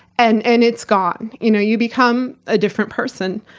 and and it's gone. you know you become a different person.